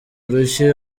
urushyi